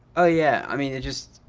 oh yeah, i mean it just,